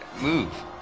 move